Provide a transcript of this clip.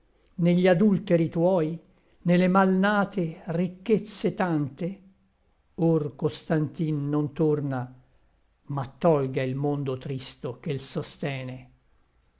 gli adúlteri tuoi ne le mal nate richezze tante or constantin non torna ma tolga il mondo tristo che l sostene